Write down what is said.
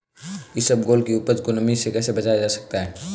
इसबगोल की उपज को नमी से कैसे बचाया जा सकता है?